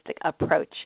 Approach